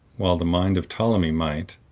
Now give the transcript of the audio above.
while the mind of ptolemy might,